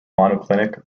monoclinic